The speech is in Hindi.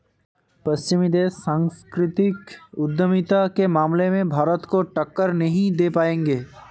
पश्चिमी देश सांस्कृतिक उद्यमिता के मामले में भारत को टक्कर नहीं दे पाएंगे